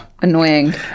Annoying